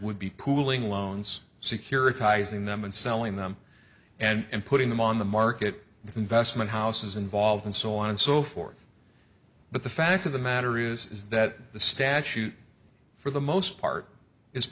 would be pooling loans securitizing them and selling them and putting them on the market with investment houses involved and so on and so forth but the fact of the matter is is that the statute for the most part is